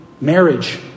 marriage